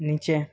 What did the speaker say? নিচে